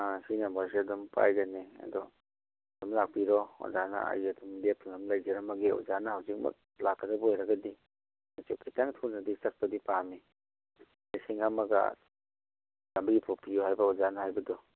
ꯑꯥ ꯁꯤ ꯅꯝꯕꯔꯁꯤ ꯑꯗꯨꯝ ꯄꯥꯏꯒꯅꯤ ꯑꯗꯣ ꯑꯗꯨꯝ ꯂꯥꯛꯄꯤꯔꯣ ꯑꯣꯖꯥꯅ ꯑꯩ ꯑꯗꯨꯝ ꯂꯦꯞꯇꯅ ꯑꯗꯨꯝ ꯂꯩꯖꯔꯝꯃꯒꯦ ꯑꯣꯖꯥꯅ ꯍꯧꯖꯤꯛꯃꯛ ꯂꯥꯛꯀꯗꯕ ꯑꯣꯏꯔꯒꯗꯤ ꯑꯩꯁꯦ ꯈꯤꯇꯪ ꯊꯨꯅꯗꯤ ꯆꯠꯄꯗꯤ ꯄꯥꯝꯃꯤ ꯂꯤꯁꯤꯡ ꯑꯃꯒ ꯆꯥꯝꯃ꯭ꯔꯤ ꯐꯥꯎ ꯄꯤꯌꯣ ꯍꯥꯏꯕ ꯑꯣꯖꯥꯅ ꯍꯥꯏꯕꯗꯣ